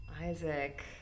Isaac